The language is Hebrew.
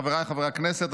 חבריי חברי הכנסת,